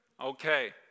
Okay